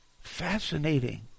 fascinating